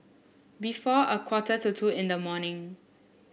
before a quarter to two in the morning